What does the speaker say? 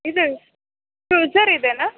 ಇದು ಕ್ರೂಝರ್ ಇದೆಯ